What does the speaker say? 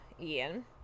Ian